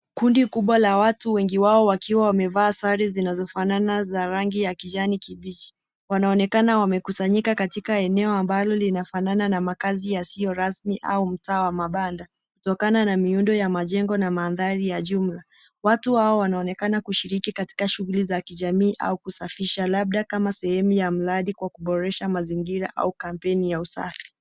Kundi kubwa la watu, wengi wao wakiwa wamevaa sare zinazofanana za rangi ya kijani kibichi, wanaonekana wamekusanyika katika eneo ambalo linafanana na makazi yasiyo rasmi au mtaa wa mabanda. Kutokana na miundo ya majengo na mandhari ya jumla watu hawa wanaonekana kushiriki katika shughuli za kijamii au kusafisha labda kama sehemu ya mradi kwa kuboresha mazingira au kampeni ya usafi.